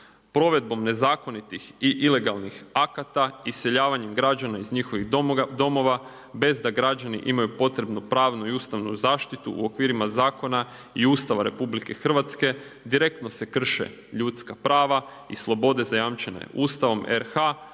Provedbom nezakonitih i ilegalnih akata, iseljavanjem građana iz njihovih domova bez da građani imaju potrebnu pravnu i ustavnu zaštitu u okvirima zakona i Ustava RH, direktno se krše ljudska prava i slobode zajamčene Ustavom RH,